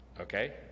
Okay